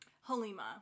Halima